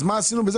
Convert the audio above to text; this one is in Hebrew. אז מה עשינו בזה